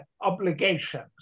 obligations